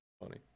funny